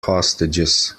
hostages